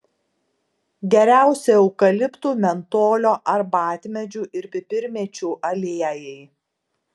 geriausi eukaliptų mentolio arbatmedžių ir pipirmėčių aliejai